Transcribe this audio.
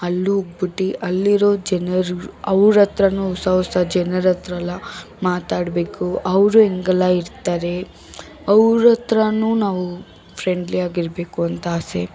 ಅಲ್ಲೋಗ್ಬಿಟ್ಟು ಅಲ್ಲಿರೋ ಜನರು ಅವ್ರಹತ್ರ ಹೊಸ ಹೊಸ ಜನರಹತ್ರ ಎಲ್ಲ ಮಾತಾಡಬೇಕು ಅವರು ಹೆಂಗೆಲ್ಲ ಇರ್ತಾರೆ ಅವ್ರಹತ್ರ ನಾವು ಫ್ರೆಂಡ್ಲಿಯಾಗಿರಬೇಕು ಅಂತ ಆಸೆ